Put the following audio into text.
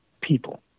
people